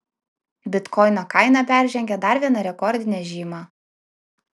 bitkoino kaina peržengė dar vieną rekordinę žymą